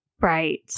Right